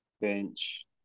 bench